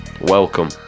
welcome